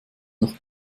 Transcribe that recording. noch